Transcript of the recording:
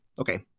Okay